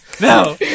No